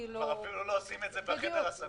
כבר אפילו לא עושים את זה בחדר הסגור.